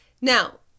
Now